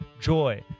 joy